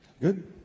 Good